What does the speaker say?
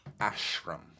Ashram